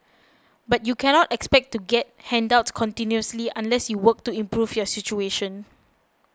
but you cannot expect to get handouts continuously unless you work to improve your situation